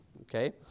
okay